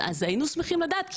אז היינו שמחים לדעת.